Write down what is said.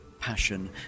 passion